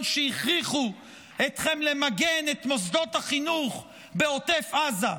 שהכריחו אתכם למגן את מוסדות החינוך בעוטף עזה.